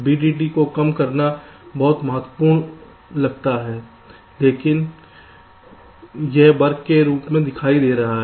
VDD को कम करना बहुत महत्वपूर्ण लगता है क्योंकि यह वर्ग के रूप में दिखाई दे रहा है